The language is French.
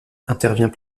intervient